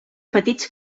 petits